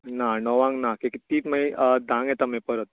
ना णवांक ना ती तिच मागीर धांक येता मागीर परत